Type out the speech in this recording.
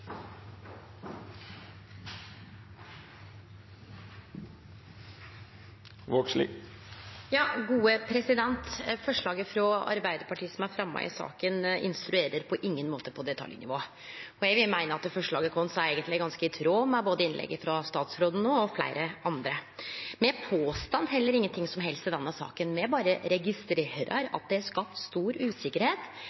i saka, instruerer på ingen måte på detaljnivå, og eg vil meine at forslaget vårt eigentleg er ganske i tråd med både innlegget frå statsråden me høyrde no, og fleire andre. Me påstår heller ingen ting som helst i denne saka. Me berre registrerer